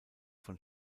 von